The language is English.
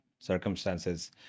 Circumstances